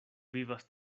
vivas